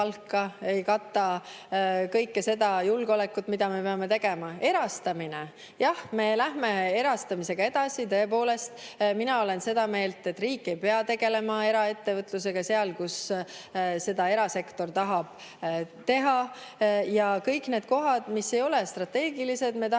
kõike seda, mida me peame tegema. Erastamine? Jah, me lähme erastamisega edasi, tõepoolest. Mina olen seda meelt, et riik ei pea tegelema eraettevõtlusega seal, kus erasektor tahab seda teha. Kõik need kohad, mis ei ole strateegilised, me tahaksime